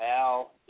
Al